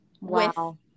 Wow